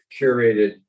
curated